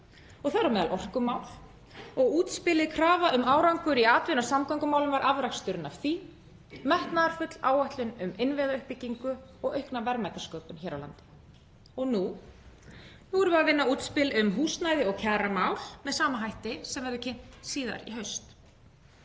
og þar á meðal orkumál, og útspilið Krafa um árangur í atvinnu- og samgöngumálum var afraksturinn af því, metnaðarfull áætlun um innviðauppbyggingu og aukna verðmætasköpun á Íslandi. Og nú erum við að vinna útspil um húsnæði og kjaramál með sama hætti sem verður kynnt í haust.